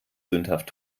sündhaft